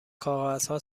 کاغذها